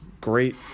great